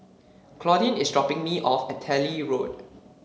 Claudine is dropping me off at Delhi Road